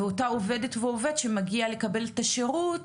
ואותה עובדת ועובד שמגיע לקבל את השירות